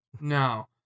No